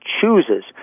chooses